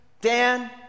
Dan